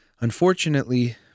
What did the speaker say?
Unfortunately